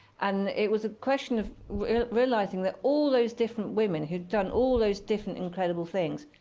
and it was a question of realizing that all those different women who'd done all those different incredible things,